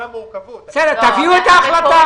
תביאו את ההחלטה.